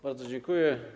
Bardzo dziękuję.